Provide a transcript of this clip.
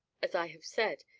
as i have said,